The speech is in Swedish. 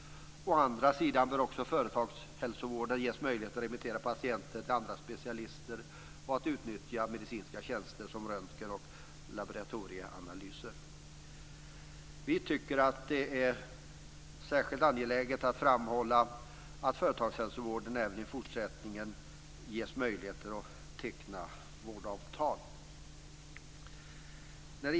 Å andra sidan bör också företagshälsovården ges möjligheter att remittera patienter till andra specialister och att utnyttja medicinska tjänster som röntgen och laboratorieanalyser. Vi tycker att det är särskilt angeläget att framhålla att företagshälsovården även i fortsättningen ges möjligheter att teckna vårdavtal.